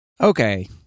Okay